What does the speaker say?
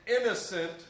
innocent